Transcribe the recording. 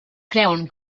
creuen